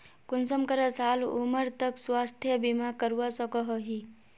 कुंसम करे साल उमर तक स्वास्थ्य बीमा करवा सकोहो ही?